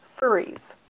furries